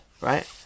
right